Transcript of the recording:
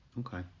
okay